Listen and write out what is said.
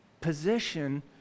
Position